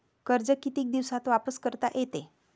कर्ज कितीक दिवसात वापस करता येते?